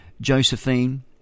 Josephine